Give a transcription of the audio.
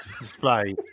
display